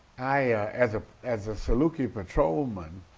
i as ah as a saluki patrolman,